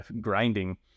grinding